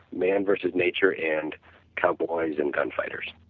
man vs. nature and cowboys and gun fighters.